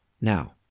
Now